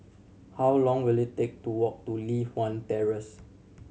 how long will it take to walk to Li Hwan Terrace